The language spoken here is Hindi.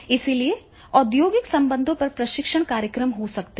इसलिए औद्योगिक संबंधों पर प्रशिक्षण कार्यक्रम हो सकते हैं